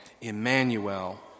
Emmanuel